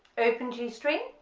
open g string,